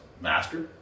master